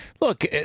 look